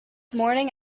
morning